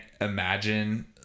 imagine